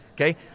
okay